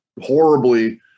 horribly